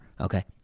okay